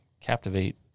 captivate